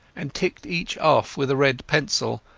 and ticked each off with a red pencil,